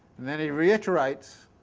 then he re-iterates.